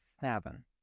seven